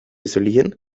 isolieren